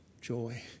joy